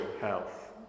health